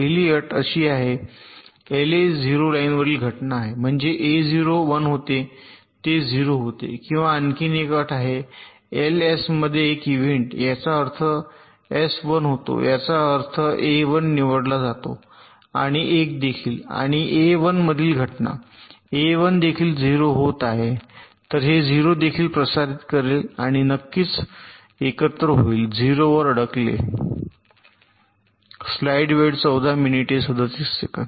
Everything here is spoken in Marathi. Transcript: पहिली अट अशी आहे एलए 0 लाईनवरील घटना आहे म्हणजे A0 1 होते ते 0 होते किंवा आणखी एक अट आहे एल एस मध्ये एक इव्हेंट आहे याचा अर्थ एस 1 होतो याचा अर्थ ए 1 निवडला जातो आणि एक देखील आहे ए 1 मधील घटना ए 1 देखील 0 होत आहे तर हे 0 देखील प्रसारित करेल आणि नक्कीच एकत्र होईल 0 वर अडकले